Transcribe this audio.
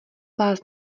vás